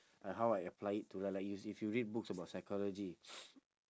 like how I apply it to like like is if you read books about psychology